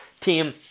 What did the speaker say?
team